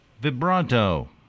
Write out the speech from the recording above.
Vibrato